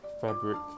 fabric